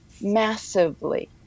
massively